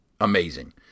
Amazing